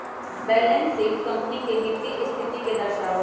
balance sheet company के वित्तीय स्थिति के दर्शावा हई